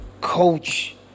coach